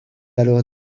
alors